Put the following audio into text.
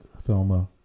Thelma